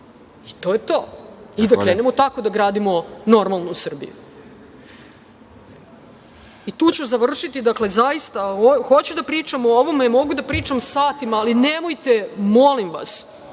i to je to, i da krenemo tako da gradimo normalnu Srbiju. Tu ću završiti. Zaista, hoću da pričamo o ovome, mogu da pričam satima, ali nemojte, molim vas,